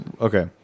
Okay